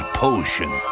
potion